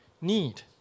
need